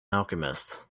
alchemist